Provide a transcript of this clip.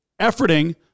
efforting